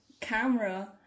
camera